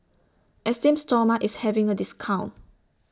Esteem Stoma IS having A discount